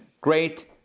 great